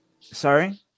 Sorry